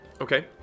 Okay